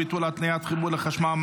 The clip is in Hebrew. ביטול התניית חיבור לחשמל,